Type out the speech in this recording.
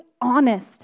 honest